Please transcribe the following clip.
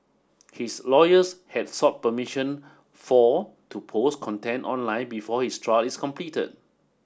his lawyers had sought permission for to post content online before his trial is completed